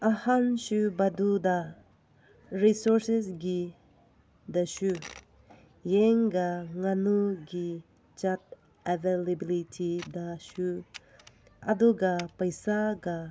ꯑꯍꯟꯁꯨꯕꯗꯨꯗ ꯔꯤꯁꯣꯔꯁꯦꯁꯀꯤꯗꯁꯨ ꯌꯦꯟꯒ ꯉꯥꯅꯨꯒꯤ ꯖꯥꯠ ꯑꯦꯕꯥꯏꯂꯦꯕꯤꯂꯤꯇꯤꯗꯁꯨ ꯑꯗꯨꯒ ꯄꯩꯁꯥꯒ